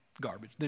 garbage